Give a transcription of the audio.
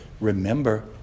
remember